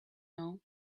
know